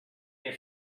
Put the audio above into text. your